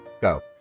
Go